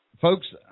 folks